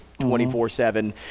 24-7